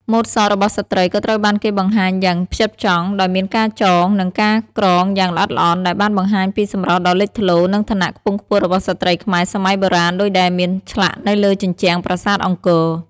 ម៉ូដសក់របស់ស្ត្រីក៏ត្រូវបានគេបង្ហាញយ៉ាងផ្ចិតផ្ចង់ ដោយមានការចង និងការក្រងយ៉ាងល្អិតល្អន់ ដែលបានបង្ហាញពីសម្រស់ដ៏លេចធ្លោ និងឋានៈខ្ពង់ខ្ពស់របស់ស្ត្រីខ្មែរសម័យបុរាណដូចដែលមានឆ្លាក់នៅលើជញ្ជាំងប្រាសាទអង្គរ។